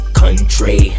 country